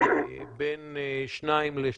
בין 2% ל-3%,